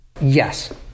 Yes